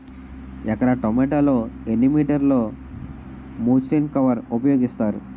ఎకర టొమాటో లో ఎన్ని మీటర్ లో ముచ్లిన్ కవర్ ఉపయోగిస్తారు?